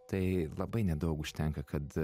tai labai nedaug užtenka kad